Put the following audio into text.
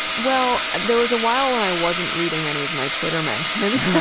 well, there was a while when i wasn't reading any of my twitter mentions